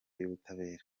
y’ubutabera